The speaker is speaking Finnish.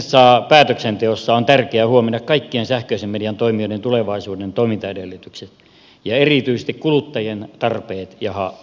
poliittisessa päätöksenteossa on tärkeää huomioida kaikkien sähköisen median toimijoiden tulevaisuuden toimintaedellytykset ja erityisesti kuluttajien tarpeet ja etu